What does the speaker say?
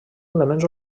elements